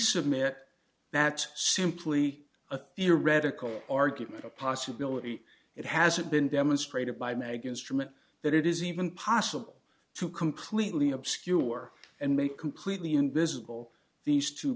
submit that's simply a theoretical argument a possibility it hasn't been demonstrated by mag instrument that it is even possible to completely obscure and make completely invisible these two